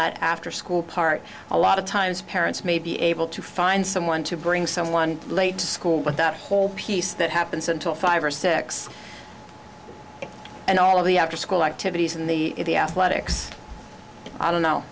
that after school part a lot of times parents may be able to find someone to bring someone late to school but that whole piece that happens until five or six and all of the after school activities in the latics i don't know